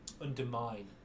undermine